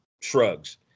shrugs